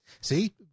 See